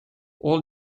all